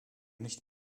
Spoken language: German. nicht